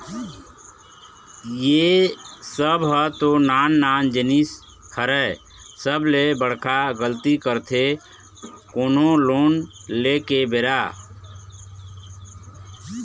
ए सब ह तो नान नान जिनिस हरय सबले बड़का गलती करथे कोनो लोन ले के बेरा